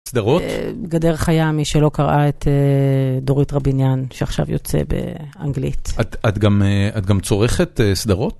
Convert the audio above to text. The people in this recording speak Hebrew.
סדרות? "גדר חיה", מי שלא קראה את דורית רביניאן שעכשיו יוצא באנגלית. את גם צורכת סדרות?